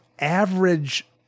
average